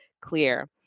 clear